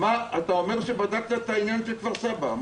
אתה אומר שבדקת את העניין של כפר-סבא.